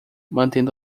mantendo